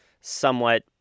somewhat